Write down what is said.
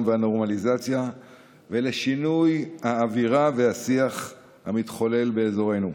והנורמליזציה ולשינוי האווירה והשיח המתחולל באזורנו.